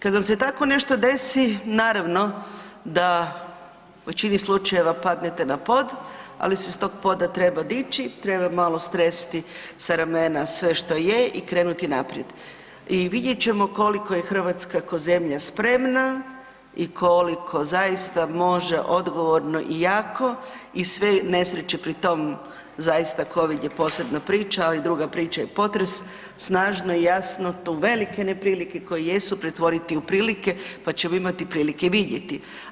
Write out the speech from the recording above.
Kad vam se tako nešto desi naravno da u većini slučajeva padnete na pod, ali se s tog poda treba dići, treba malo stresti s ramena sve što je i krenuti naprijed i vidjet ćemo koliko je Hrvatska ko zemlja spremna i koliko zaista može odgovorno i jako i sve nesreće pri tom zaista Covid je posebna priča, ali druga priča je potres, snažno i jasno tu velike neprilike koje jesu pretvoriti u prilike pa ćemo imati prilike vidjeti.